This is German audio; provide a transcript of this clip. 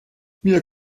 mir